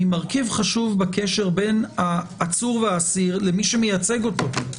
היא מרכיב חשוב בקשר בין העצור והאסיר לבין מי שמייצג אותו.